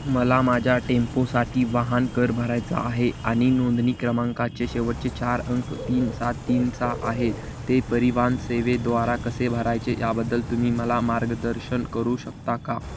मला माझ्या टेम्पोसाठी वाहन कर भरायचा आहे आणि नोंदणी क्रमांकाचे शेवटचे चार अंक तीन सात तीन सहा आहेत ते परिवहन सेवेद्वारा कसे भरायचे याबद्दल तुम्ही मला मार्गदर्शन करू शकता का